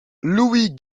louis